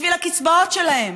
בשביל הקצבאות שלהם,